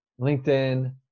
linkedin